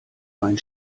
ein